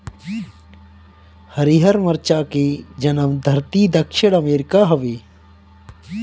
हरिहर मरचा के जनमधरती दक्षिण अमेरिका हवे